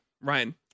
Ryan